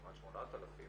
כמעט 8000,